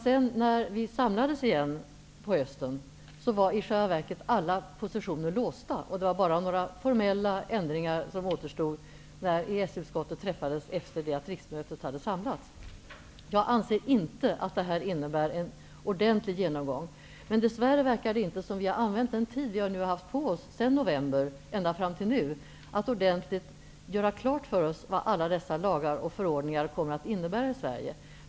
Sedan, när vi samlades igen på hösten, var i själva verket alla positioner låsta. Det var bara formella ändringar som återstod när EES-utskottet träffades efter det att riksmötet hade samlats. Jag anser inte att detta innebär en ordentlig genomgång. Dess värre verkar det inte som om vi har använt den tid vi har haft på oss sedan november att ordentligt göra klart för oss vad alla dessa lagar och förordningar innebär för Sverige.